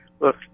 Look